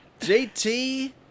JT